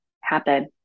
happen